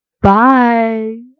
Bye